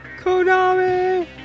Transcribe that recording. Konami